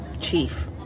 Chief